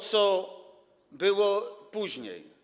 Co było później?